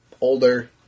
older